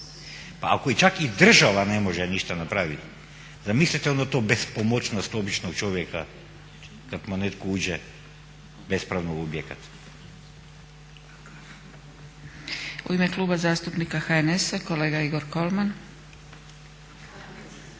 Pa ako čak i država ne može ništa napraviti zamislite onda tu bespomoćnost običnog čovjeka kad mu netko uđe bespravno u objekat. **Zgrebec, Dragica (SDP)** U ime Kluba zastupnika HNS-a kolega Igor Kolman.